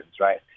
right